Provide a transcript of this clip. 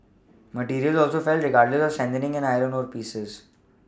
materials also fell regardless of a strengthening in iron ore prices